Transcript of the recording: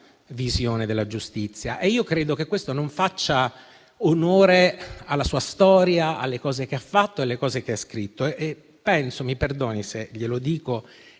visione della giustizia. Io credo che questo non faccia onore alla sua storia, alle cose che ha fatto e alle cose che ha scritto. Penso - e mi perdoni se glielo dico